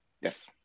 yes